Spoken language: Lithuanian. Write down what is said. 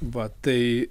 va tai